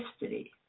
history